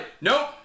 nope